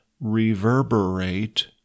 reverberate